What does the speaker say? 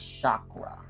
chakra